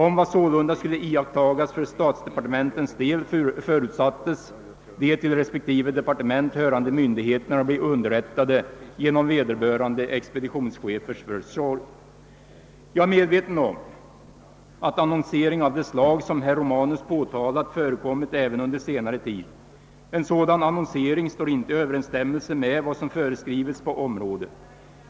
Om vad sålunda skulle iakttas för statsdepartementens del förutsattes de till respektive departement hörande myndigheterna bli under Jag är medveten om att annonsering av det slag som herr Romanus påtalar förekommit även under senare tid. En sådan annonsering står inte i överensstämmelse med vad som föreskrivits på området.